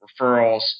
referrals